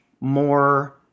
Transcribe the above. more